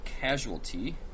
casualty